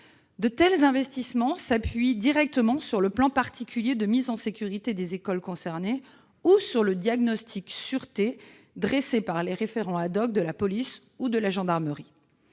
De tels investissements s'appuient directement sur le plan particulier de mise en sécurité des écoles concernées ou sur le diagnostic de sûreté dressé par les référents de la police ou de la gendarmerie.